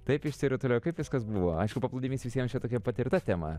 taip išsirutuliojo kaip viskas buvo aišku paplūdimys visiems čia tokia patirta tema